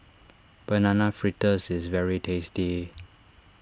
Banana Fritters is very tasty